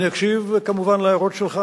אני אקשיב, כמובן, להערות שלך.